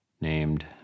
named